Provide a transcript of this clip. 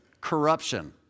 corruption